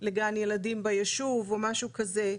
לגן ילדים ביישוב, או משהו כזה.